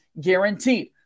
Guaranteed